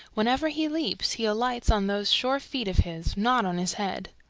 whenever he leaps he alights on those sure feet of his, not on his head.